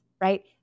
right